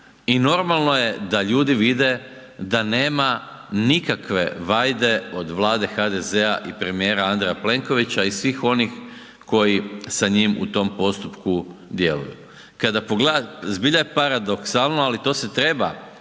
i normalno je da ljudi vide da nema nikakve vajde od Vlade HDZ-a i premijera Andreja Plenkovića i svih onih koji sa njim u tom postupku djeluju. Zbilja je paradoksalno, ali to se treba